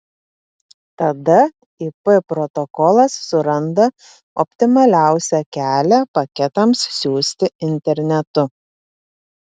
tada ip protokolas suranda optimaliausią kelią paketams siųsti internetu